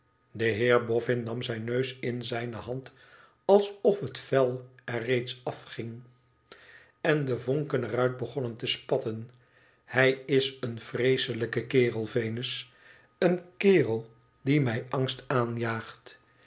de heer boffin nam zijn neus in zijne hand alsof het vel er reeds afging en de vonken er uit begonnen te spatten hij is een vreeselijke kere venus een kerel die mij angst aanjaagt